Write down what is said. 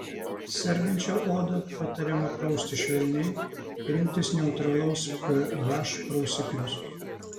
sergančią odą patariama prausti švelniai rinktis neutralaus ph prausiklius